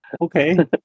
okay